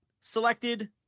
selected